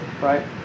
right